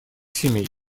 семей